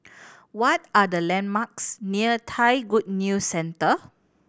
what are the landmarks near Thai Good News Centre